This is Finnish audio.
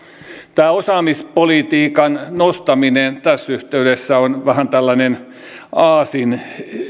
tämä osaamispolitiikan nostaminen tässä yhteydessä on vähän tällainen aasinsilta